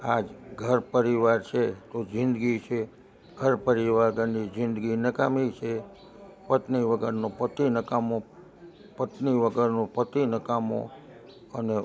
આજ ઘર પરિવાર છે તો જિંદગી છે ઘર પરિવાર વગરની જિંદગી નકામી છે પત્ની વગરનો પતિ નકામો પત્ની વગરનો પતિ નકામો અને